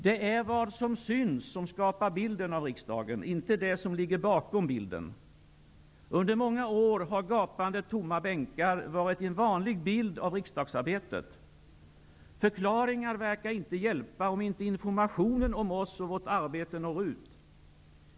Det är vad som syns, som skapar bilden av riksdagen -- inte det som ligger bakom bilden. Under många år har gapande tomma bänkar varit en vanlig bild av riksdagsarbetet. Förklaringar verkar inte hjälpa, om inte informationen om oss och vårt arbete når ut.